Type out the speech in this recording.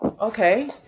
Okay